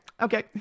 Okay